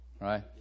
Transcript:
right